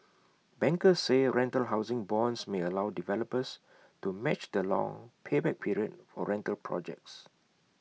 bankers say rental housing bonds may allow developers to match the long payback period for rental projects